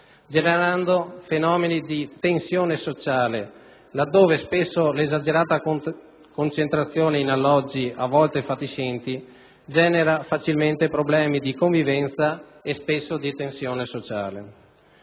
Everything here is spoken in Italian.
generando fenomeni di tensione sociale laddove l'esagerata concentrazione in alloggi a volte fatiscenti innesca facilmente problemi di convivenza e spesso di tensione sociale.